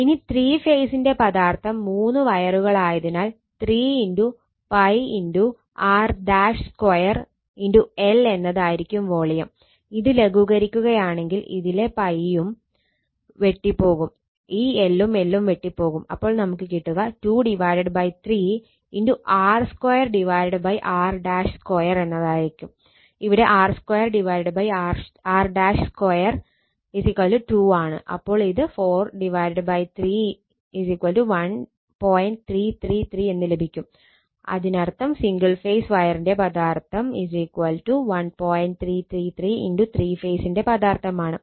ഇനി ത്രീ ഫേസിന്റെ പദാർത്ഥം മൂന്ന് വയറുകളായതിനാൽ 3 × ത്രീ ഫേസിന്റെ പദാർത്ഥമാണ്